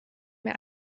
mehr